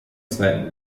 zweiten